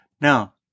Now